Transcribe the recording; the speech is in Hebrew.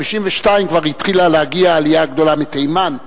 ב-1952 כבר התחילה להגיע העלייה הגדולה מתימן,